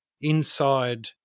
inside